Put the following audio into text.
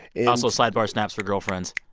and also, slide bar snaps for girlfriends.